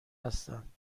هستند